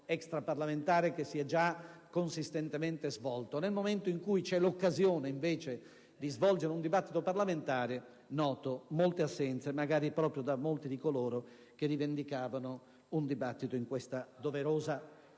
Aule parlamentari, che si è già consistentemente svolto; tuttavia, nel momento in cui c'è l'occasione di svolgere un dibattito in sede parlamentare noto molte assenze, magari proprio di molti di coloro che rivendicavano un dibattito doveroso